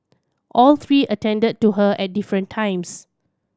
all three attended to her at different times